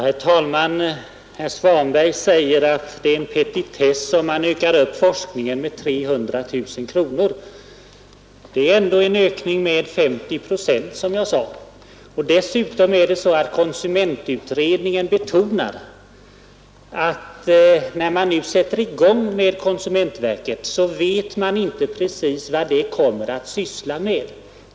Herr talman! Herr Svanberg säger att det är en petitess att föreslå en höjning av ett forskningsanslag med 300 000 kronor. Det är fel. Det är som jag sade en ökning med 50 procent, vilket på ett helt annat sätt klargör dess betydelse. Dessutom betonar konsumentutredningen att man, nu när ett konsumentverk inrättas, inte exakt vet vad det kommer att syssla med.